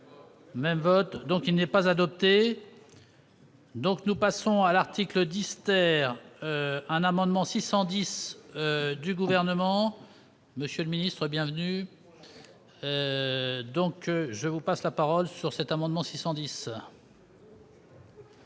Même vote. Même donc il n'est pas adoptée. Donc, nous passons à l'article Dister un amendement 610 du gouvernement, monsieur le Ministre bienvenue donc je vous passe la parole sur cet amendement 610.